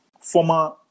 Former